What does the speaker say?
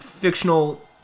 fictional